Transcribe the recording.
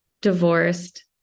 divorced